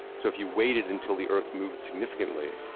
so if you waited until the earth moved significantly,